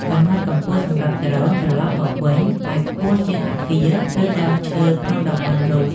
កំណត់កម្ពស់សម្រាប់ដ្រូនត្រលប់មកវិញ ឱ្យខ្ពស់ជាងអាគារ ឬដើមឈើក្នុងតំបន់នោះ។